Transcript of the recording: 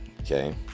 Okay